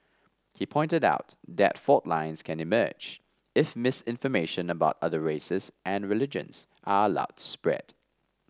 he pointed out that fault lines can emerge if misinformation about other races and religions are allowed to spread